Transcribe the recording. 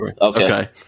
Okay